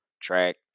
track